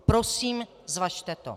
Prosím, zvažte to.